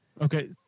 Okay